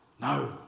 No